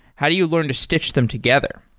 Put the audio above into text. how do you learn to stich them together?